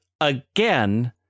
again